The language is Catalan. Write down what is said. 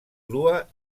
crua